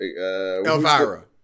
Elvira